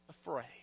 afraid